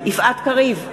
יפעת קריב,